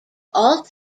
all